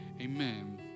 Amen